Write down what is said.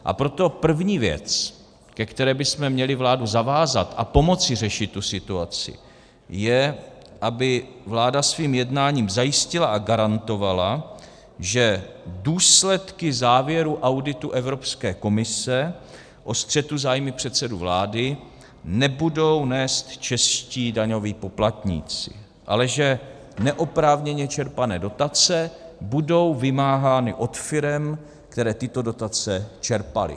A proto první věc, ke které bychom měli vládu zavázat, a pomoci řešit tu situaci, je, aby vláda svým jednáním zajistila a garantovala, že důsledky závěru auditu Evropské komise o střetu zájmů předsedy vlády nebudou nést čeští daňoví poplatníci, ale že neoprávněně čerpané dotace budou vymáhány od firem, které tyto dotace čerpaly.